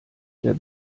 der